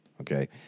okay